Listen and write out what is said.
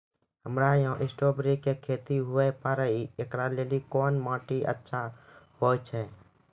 हमरा यहाँ स्ट्राबेरी के खेती हुए पारे, इकरा लेली कोन माटी अच्छा होय छै?